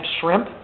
shrimp